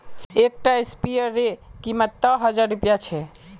एक टा स्पीयर रे कीमत त हजार रुपया छे